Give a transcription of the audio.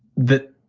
that.